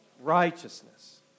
Righteousness